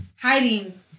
hiding